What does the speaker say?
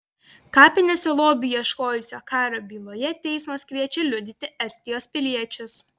kapinėse lobių ieškojusio kario byloje teismas kviečia liudyti estijos piliečius